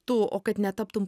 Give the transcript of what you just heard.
tu o kad netaptum